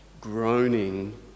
groaning